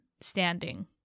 standing